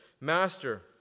Master